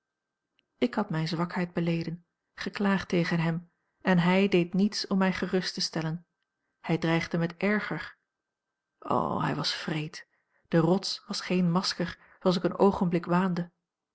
ik had mijne zwakheid beleden geklaagd tegen hem en hij deed niets om mij gerust te stellen hij dreigde met erger o hij was wreed de rots was geen masker zooals ik een oogenblik waande